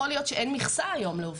יכול להיות שהיום אין מכסה לעובדים,